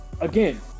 again